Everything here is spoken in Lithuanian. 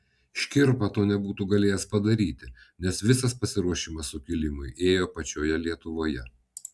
škirpa to nebūtų galėjęs padaryti nes visas pasiruošimas sukilimui ėjo pačioje lietuvoje